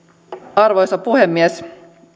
arvoisa puhemies